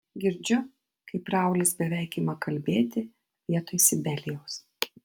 girdžiu kaip raulis beveik ima kalbėti vietoj sibelijaus